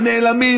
הנעלמים,